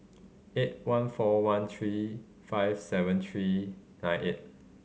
eight one four one three five seven three nine eight